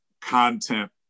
content